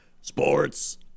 Sports